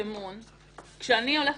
הוא יעביר.